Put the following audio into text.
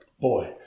Boy